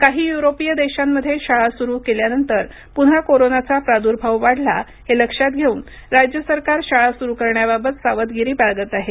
काही युरोपीय देशांमध्ये शाळा सुरू केल्यानंतर पुन्हा कोरोनाचा प्रादुर्भाव वाढला हे लक्षात घेऊन राज्य सरकार शाळा सुरू करण्याबाबत सावधगिरी बाळगत आहे